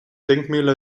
denkmäler